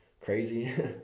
crazy